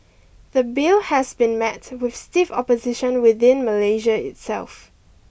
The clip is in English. the bill has been met with stiff opposition within Malaysia itself